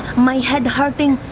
my head hurting.